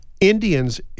Indians